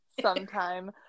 sometime